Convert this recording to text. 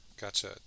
gotcha